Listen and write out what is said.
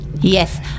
Yes